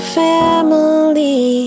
family